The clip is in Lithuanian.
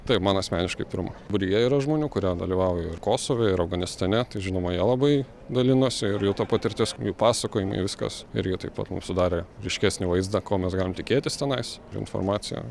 taip man asmeniškai pirma būryje yra žmonių kurie dalyvavo ir kosove ir afganistane tai žinoma jie labai dalinosi ir jų ta patirtis jų pasakojimai viskas ir jie taip pat mums sudarė ryškesnį vaizdą ko mes galim tikėtis tenais ir informacija